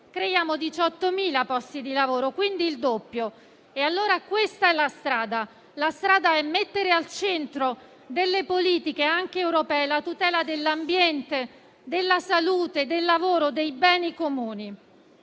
creiamo 18.000 posti di lavoro, quindi il doppio. E allora questa è la strada: mettere al centro delle politiche, anche europee, la tutela dell'ambiente, della salute, del lavoro e dei beni comuni.